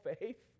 faith